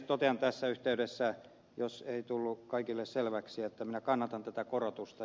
totean tässä yhteydessä jos ei tullut kaikille selväksi että minä kannatan tätä korotusta